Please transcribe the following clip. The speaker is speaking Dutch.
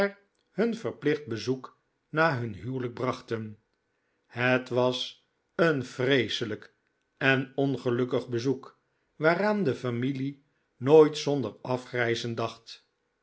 hun verplicht bezoek na hun huwelijk brachten het was een vreeselijk en ongelukkig bezoek waaraan de familie nooit zonder afgrijzen dacht